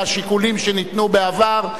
מהשיקולים שניתנו בעבר.